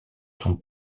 son